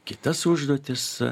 kitas užduotis